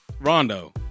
Rondo